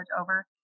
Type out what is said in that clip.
over